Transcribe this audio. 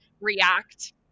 react